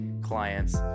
clients